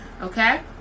okay